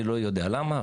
אני לא יודע למה,